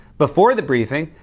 before the briefing,